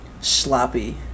Sloppy